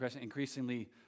increasingly